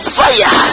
fire